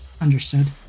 Understood